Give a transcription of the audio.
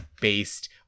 based